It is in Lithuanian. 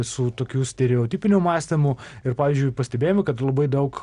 su tokiu stereotipiniu mąstymu ir pavyzdžiui pastebėjome kad labai daug